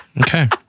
Okay